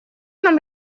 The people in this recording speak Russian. нам